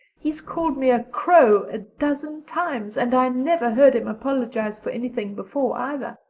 he's called me a crow a dozen times and i never heard him apologize for anything before, either.